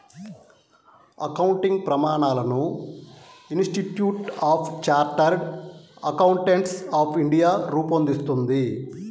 accounting ప్రమాణాలను institute of chartered accountants of India రూపొందిస్తుంది